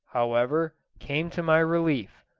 however, came to my relief,